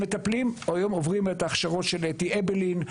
מטפלים עוברים היום הכשרות של אתי אבלין,